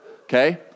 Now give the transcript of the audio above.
okay